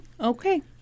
Okay